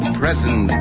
present